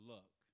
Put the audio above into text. Luck